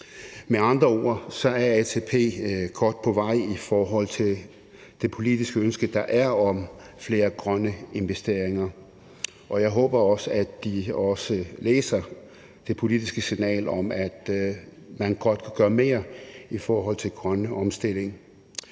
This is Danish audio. Med andre ord er ATP godt på vej i forhold til det politiske ønske, der er, om flere grønne investeringer. Jeg håber også, at de læser det politiske signal om, at man godt kan gøre mere i forhold til grøn omstilling.